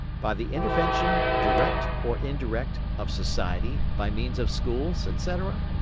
by the intervention, direct or indirect, of society, by means of schools, etc?